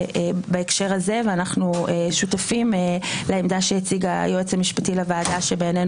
אנחנו שותפים לעמדה שהציג היועץ המשפטי לוועדה שבעינינו